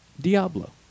Diablo